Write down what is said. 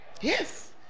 yes